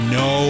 no